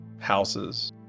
houses